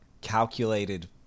calculated